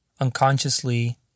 unconsciously